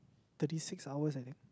thirty six hours I think